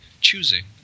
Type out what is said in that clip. choosing